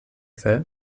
fer